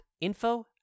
info